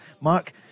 Mark